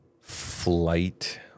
flight